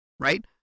Right